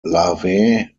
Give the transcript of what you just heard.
larvae